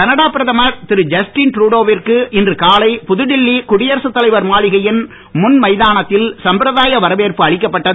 Canada பிரதமர் திருஜஸ்டின் Trudeau விற்கு இன்று காலை புதுடில்லி குடியரகத் தலைவர் மாளிகையின் முன்மைதானத்தில் சம்பிரதாய வரவேற்வு அளிக்கப்பட்டது